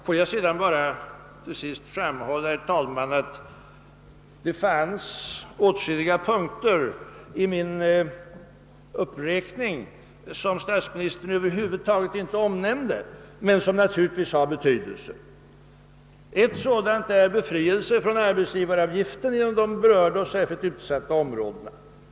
Får jag till sist framhålla, att det fanns åtskilliga punkter i min uppräkning som statsministern över huvud taget inte omnämnde men som naturligtvis har betydelse. En sådan är befrielse från arbetsgivaravgiften — alltså inte ATP — inom de berörda, särskilt utsatta områdena.